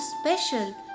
special